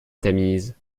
tamise